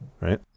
Right